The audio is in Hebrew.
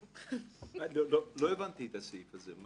לא הבנתי את הסעיף הזה.